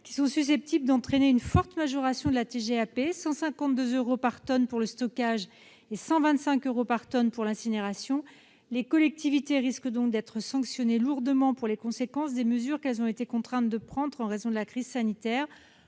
sont susceptibles d'entraîner une forte majoration de la TGAP : 152 euros par tonne pour le stockage et 125 euros par tonne pour l'incinération. Les collectivités territoriales risquent donc d'être lourdement sanctionnées pour les conséquences des mesures qu'elles ont été contraintes de prendre en raison de la crise sanitaire.